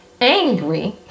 angry